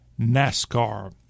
NASCAR